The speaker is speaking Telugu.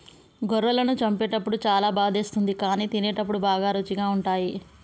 గొర్రెలను చంపేటప్పుడు చాలా బాధేస్తుంది కానీ తినేటప్పుడు బాగా రుచిగా ఉంటాయి